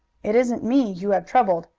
it isn't me you have troubled.